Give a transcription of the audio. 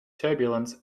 turbulence